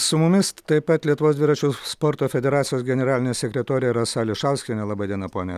su mumis taip pat lietuvos dviračių sporto federacijos generalinė sekretorė rasa ališauskienė laba diena ponia